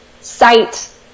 sight